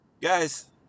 Guys